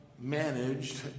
managed